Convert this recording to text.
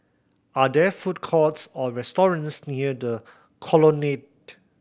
are there food courts or restaurants near The Colonnade